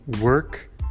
work